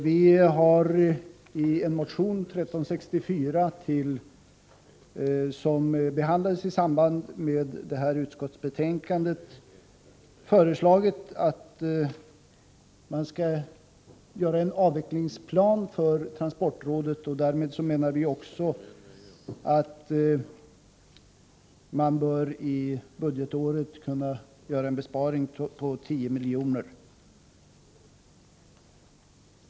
Vi har i motion 1364, som behandlats i detta utskottsbetänkande, föreslagit att man skall göra en avvecklingsplan för transportrådet. Vi menar att man därmed bör kunna göra en besparing på 10 miljoner under budgetåret.